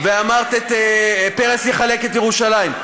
ואמרת את "פרס יחלק את ירושלים".